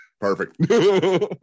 perfect